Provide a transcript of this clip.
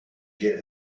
get